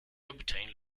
obtained